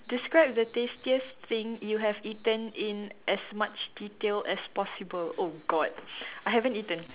describe the tastiest thing you have eaten in as much detail as possible oh god I haven't eaten